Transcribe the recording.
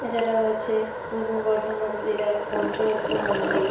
এছাড়াও আছে পূর্ব বর্ধমান জেলার পঞ্চরত্ন মন্দির